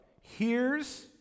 hears